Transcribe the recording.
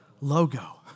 Logo